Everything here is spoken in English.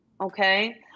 Okay